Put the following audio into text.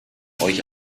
euch